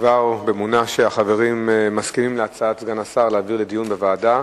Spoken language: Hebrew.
בתקווה ובאמונה שהחברים מסכימים להצעת סגן השר להעביר לדיון בוועדה,